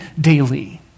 daily